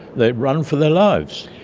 they run for their lives.